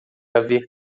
haver